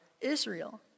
Israel